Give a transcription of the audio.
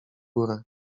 górę